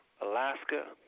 Alaska